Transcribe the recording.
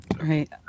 Right